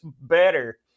better